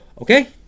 Okay